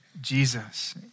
Jesus